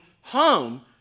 home